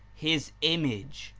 his image,